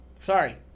Sorry